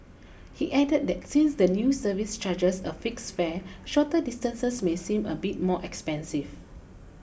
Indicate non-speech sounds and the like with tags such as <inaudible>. he added that since the new service charges a fixed fare shorter distances may seem a bit more expensive <noise>